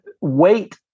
weight